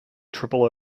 triple